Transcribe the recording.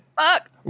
fuck